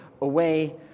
away